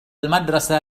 المدرسة